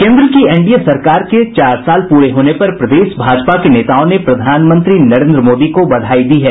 केंद्र की एनडीए सरकार के चार साल पूरे होने पर प्रदेश भाजपा के नेताओं ने प्रधानमंत्री नरेंद्र मोदी को बधाई दी है